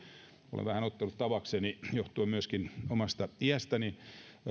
olen vähän ottanut tavakseni johtuen myöskin omasta iästäni